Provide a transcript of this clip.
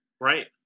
Right